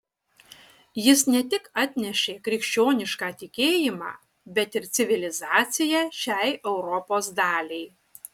jis ne tik atnešė krikščionišką tikėjimą bet ir civilizaciją šiai europos daliai